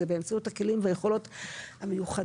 זה באמצעות הכלים והיכולות המיוחדים,